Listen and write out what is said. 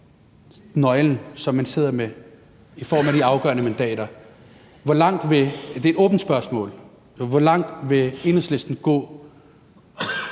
nøglen, som man sidder med i form af de afgørende mandater? Det er et åbent spørgsmål. Hvor langt vil Enhedslisten gå,